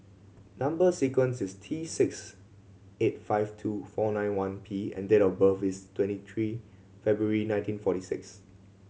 number sequence is T six eight five two four nine one P and date of birth is twenty three February nineteen forty six